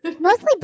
Mostly